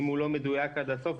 הוא לא מדויק עד הסוף.